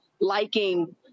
liking